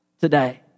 today